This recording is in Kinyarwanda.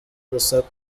urusaku